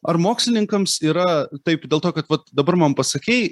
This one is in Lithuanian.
ar mokslininkams yra taip dėl to kad vat dabar man pasakei